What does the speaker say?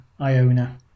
Iona